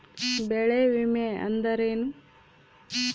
ಬೆಳೆ ವಿಮೆ ಅಂದರೇನು?